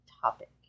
topic